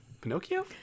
Pinocchio